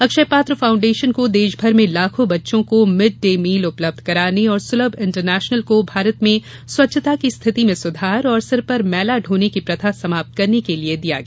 अक्षयपात्र foundation को देश भर में लाखों बच्चों को मिड डे मील उपलब्ध कराने और सुलभ इंटरनेशनल को भारत में स्वच्छता की स्थिति में सुधार और सिर पर मैला ढोने की प्रथा समाप्त करने के लिये दिया गया